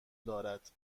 دارد